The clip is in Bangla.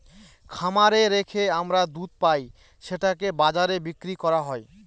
খামারে রেখে আমরা দুধ পাই সেটাকে বাজারে বিক্রি করা হয়